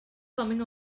coming